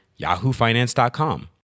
yahoofinance.com